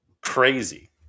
crazy